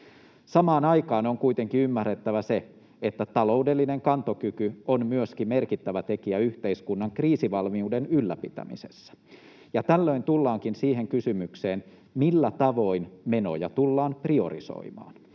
Samaan aikaan on kuitenkin ymmärrettävä se, että taloudellinen kantokyky on myöskin merkittävä tekijä yhteiskunnan kriisivalmiuden ylläpitämisessä, ja tällöin tullaankin siihen kysymykseen, millä tavoin menoja tullaan priorisoimaan.